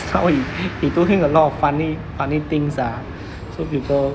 it's how he he doing a lot of funny funny things ah so people